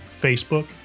facebook